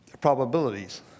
probabilities